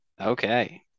Okay